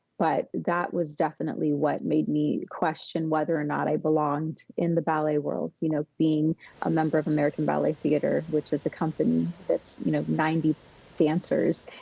but that was definitely what made me question whether or not i belonged in the ballet world, you know being a member of american ballet theatre, which is a company that's you know ninety dancers,